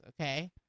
okay